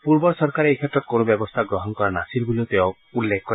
পূৰ্বৰ চৰকাৰে এই ক্ষেত্ৰত কোনো ব্যৱস্থা গ্ৰহণ কৰা নাছিল বুলিও তেওঁ উল্লেখ কৰে